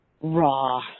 Raw